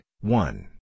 one